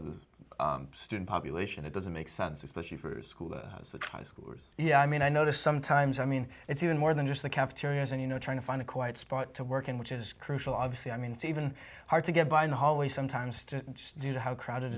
those student population that doesn't make sense especially for a school because yeah i mean i know sometimes i mean it's even more than just the cafeterias and you know trying to find a quiet spot to work in which is crucial obviously i mean it's even hard to get by in the hallways sometimes to do you know how crowded